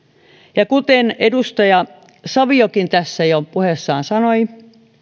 kuten edustaja saviokin tässä jo puheessaan sanoi